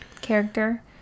character